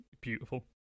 beautiful